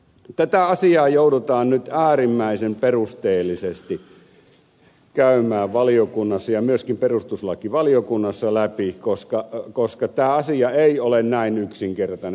tätä asiaa joudutaan nyt äärimmäisen perusteellisesti käymään valiokunnassa ja myöskin perustuslakivaliokunnassa läpi koska tämä asia ei ole näin yksinkertainen